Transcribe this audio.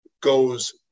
goes